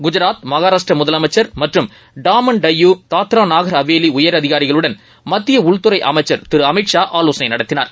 தேராத் மகாராஷ்டரா முதலமைச்சர் மற்றும் டாமன் டையூ தாத்ராநாகர் அவேலிஉயரதிகாரிகளுடனமத்தியஉள்துறைஅமைச்சர் திருஅமித்ஷர் ஆலோசனைநடத்தினார்